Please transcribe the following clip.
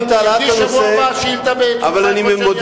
יביא בשבוע הבא שאילתא דחופה, או בהרצלייה.